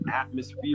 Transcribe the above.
atmosphere